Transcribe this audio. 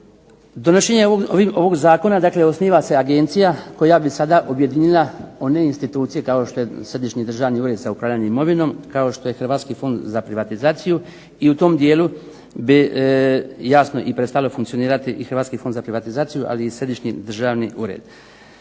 Donošenje ovog zakona osniva se agencija koja bi sada objedinila one institucije kao što je Središnji državni ured za upravljanje imovinom, kao što je Hrvatski fond za privatizaciju i u tom dijelu jasno i prestao funkcionirati i Hrvatski fond za privatizaciju ali i Središnji državni ured.